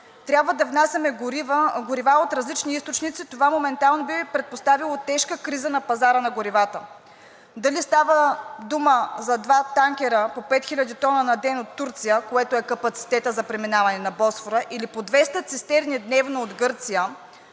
трябва да внасяме горива от различни източници. Това моментално би предпоставило тежка криза на пазара на горивата. Дали става дума за два танкера по 5 хил. тона на ден от Турция, което е капацитетът за преминаване на Босфора, или по 200 цистерни дневно от Гърция,